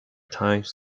times